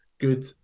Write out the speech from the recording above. good